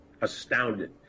astounded